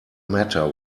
matter